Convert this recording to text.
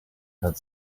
had